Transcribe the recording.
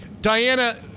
Diana